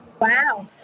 Wow